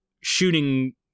shooting